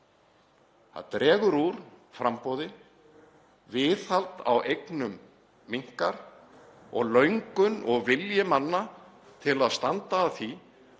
Það dregur úr framboði, viðhald á eignum minnkar og löngun og vilji manna til að standa að því